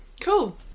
Cool